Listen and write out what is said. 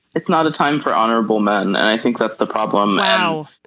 it's not a time for honorable men. and i think that's the problem now.